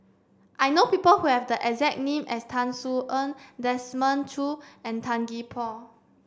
I know people who have the exact name as Tan Sin Aun Desmond Choo and Tan Gee Paw